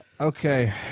Okay